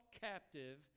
captive